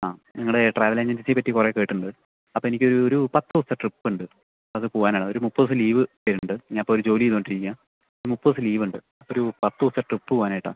ആ നിങ്ങളുടെ ട്രാവൽ ഏജൻസിയെപ്പറ്റി കുറേ കേട്ടിട്ടുണ്ട് അപ്പോൾ എനിക്ക് ഒരു പത്ത് ദിവസത്തെ ട്രിപ്പുണ്ട് അത് പോവാനാണ് ഒരു മുപ്പത് ദിവസം ലീവ് വരുന്നുണ്ട് ഞാനിപ്പോഴൊരു ജോലി ചെയ്തുകൊണ്ടിരിക്കുകയാണ് മുപ്പത് ദിവസം ലീവ് ഉണ്ട് ഒരു പത്ത് ദിവസത്തെ ട്രിപ്പ് പോകാനായിട്ടാണ്